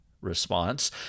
response